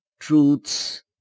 Truth's